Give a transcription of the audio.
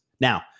Now